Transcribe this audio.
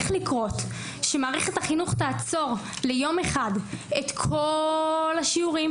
שמערכת החינוך תעצור ליום אחד את כל השיעורים